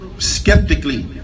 skeptically